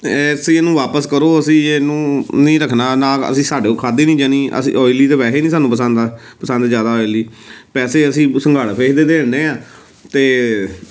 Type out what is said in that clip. ਅਤੇ ਅਸੀਂ ਇਹਨੂੰ ਵਾਪਿਸ ਕਰੋ ਅਸੀਂ ਇਹਨੂੰ ਨਹੀਂ ਰੱਖਣਾ ਨਾ ਅਸੀਂ ਸਾਡੇ ਕੋਲ ਖਾਦੇ ਨਹੀਂ ਜਾਣੀ ਅਸੀਂ ਓਇਲੀ ਤਾਂ ਵੈਸੇ ਨਹੀਂ ਸਾਨੂੰ ਪਸੰਦ ਆ ਪਸੰਦ ਜ਼ਿਆਦਾ ਓਇਲੀ ਵੈਸੇ ਅਸੀਂ ਸੰਘਾੜਾ ਫਿਸ਼ ਦੇ ਦੇ ਆ ਅਤੇ